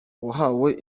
wahawe